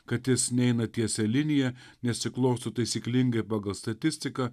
kad jis neina tiesia linija nesiklosto taisyklingai pagal statistiką